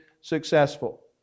successful